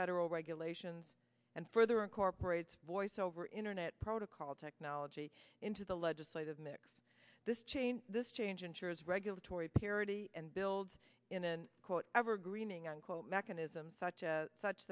federal regulations and further incorporates voice over internet protocol technology into the legislative mix this change this change ensures regulatory parity and builds in quote ever greening unquote mechanism such a such